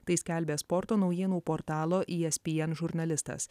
tai skelbia sporto naujienų portalo espn žurnalistas